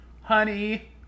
Honey